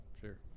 sure